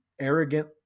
arrogant